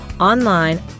online